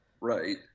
Right